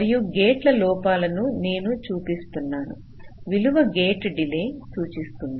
మరియు గేట్ల లోపల నేను చూపిస్తున్న విలువ గేట్ డిలే సూచిస్తుంది